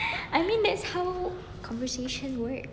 I mean that's how conversation works